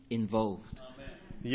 involved